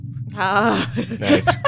Nice